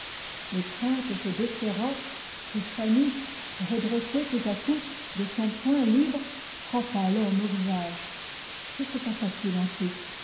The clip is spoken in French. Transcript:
l'étreinte se desserra et fanny redressée tout à coup de son poing libre frappa l'homme au visage que se passa-t-il ensuite